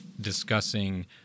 discussing